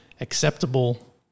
acceptable